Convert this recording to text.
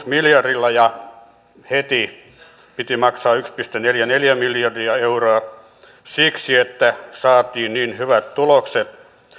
miljardilla ja heti piti maksaa yksi pilkku neljäkymmentäneljä miljardia euroa siksi että saatiin niin hyvät tulokset